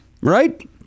Right